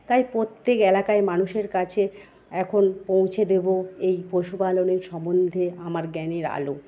তাই প্রত্যেক এলাকায় মানুষের কাছে এখন পৌঁছে দেবো এই পশুপালনের সম্বন্ধে আমার জ্ঞানের আলো